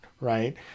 right